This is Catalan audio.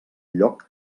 lloc